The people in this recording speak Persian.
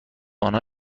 آنها